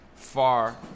Far